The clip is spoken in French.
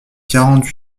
quarante